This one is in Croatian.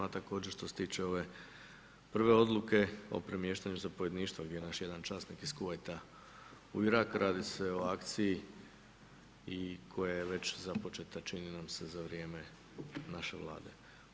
A također što se tiče ove prve odluke o premještaju zapovjedništva, bio je jedan naš časnik iz Kuvajta, u Irak, radi se o akciji i koja je već započeta, čini nam se za vrijeme naše Vlade.